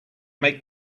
make